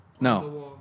No